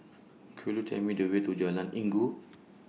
Could YOU Tell Me The Way to Jalan Inggu